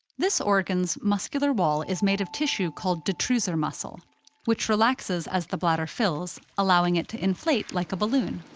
this organ's muscular wall is made of tissue called detrusor muscle which relaxes as the bladder fills allowing it to inflate like a balloon.